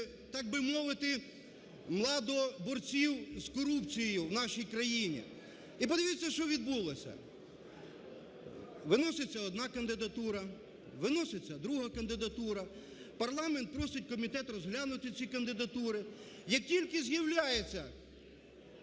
так би мовити, младоборців з корупцією у нашій країні. І подивіться, що відбулося. Виноситься одна кандидатура, виноситься друга кандидатура, парламент просить комітет розглянути ці кандидатури. Як тільки з'являється